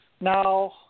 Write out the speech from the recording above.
Now